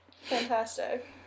Fantastic